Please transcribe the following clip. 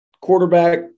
Quarterback